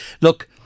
look